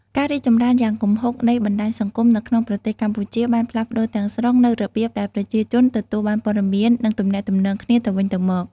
ការរីកចម្រើនយ៉ាងគំហុកនៃបណ្តាញសង្គមនៅក្នុងប្រទេសកម្ពុជាបានផ្លាស់ប្តូរទាំងស្រុងនូវរបៀបដែលប្រជាជនទទួលបានព័ត៌មាននិងទំនាក់ទំនងគ្នាទៅវិញទៅមក។